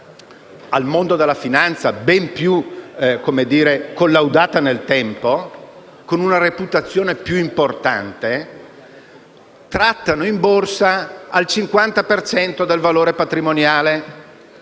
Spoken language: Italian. al mondo della finanza ben più collaudata nel tempo, con una reputazione più importante, si trattano in borsa al 50 per cento del valore patrimoniale.